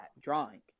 drawing